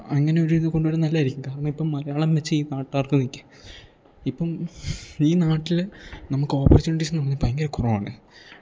അങ്ങനൊരിത് കൊണ്ടു വരുന്നത് നല്ലതായിരിക്കും കാരണം ഇപ്പം മലയാളം വെച്ചീ നാട്ടുകാർക്കൊരിക്കെ ഇപ്പം ഈ നാട്ടിൽ നമുക്കോപ്പർച്യൂണിറ്റീസെന്നു പറഞ്ഞാൽ ഭയങ്കര കുറവാണ് ആൻഡ്